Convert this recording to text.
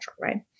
right